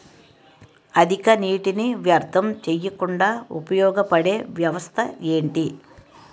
అధిక నీటినీ వ్యర్థం చేయకుండా ఉపయోగ పడే వ్యవస్థ ఏంటి